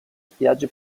spiagge